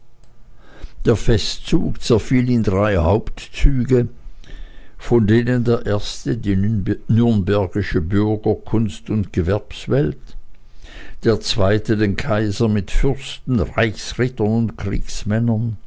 der festzug zerfiel in drei hauptzüge von denen der erste die nürnbergische bürger kunst und gewerbswelt der zweite den kaiser mit den fürsten reichsrittern und